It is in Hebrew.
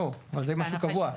לא, אבל זה משהו קבוע.